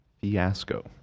Fiasco